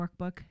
workbook